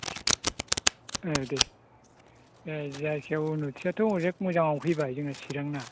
औ दे औ जायखिजाया उन्न'तियाथ' अनेक मोजाङाव फैबाय जोंना चिरांना